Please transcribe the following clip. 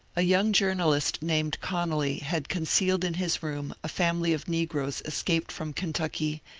a young journalist named conolly had concealed in his room a family of negroes es caped from kentucky,